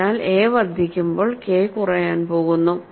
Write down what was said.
അതിനാൽ എ വർദ്ധിക്കുമ്പോൾ കെ കുറയാൻ പോകുന്നു